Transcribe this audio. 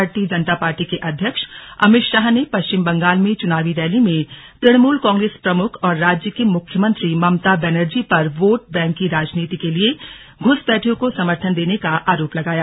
भारतीय जनता पार्टी के अध्यक्ष अमित शाह ने पश्चिम बंगाल में च्नाव रैली में तृणमूल कांग्रेस प्रमुख और राज्य की मुख्यमंत्री ममता बैनर्जी पर वोट बैंक की राजनीति के लिए घुसपैठियों को समर्थन देने का आरोप लगाया